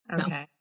Okay